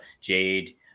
Jade